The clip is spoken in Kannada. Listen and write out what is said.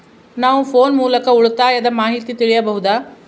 ನಾವು ಫೋನ್ ಮೂಲಕ ಉಳಿತಾಯದ ಮಾಹಿತಿ ತಿಳಿಯಬಹುದಾ?